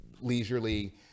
leisurely